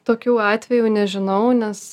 tokių atvejų nežinau nes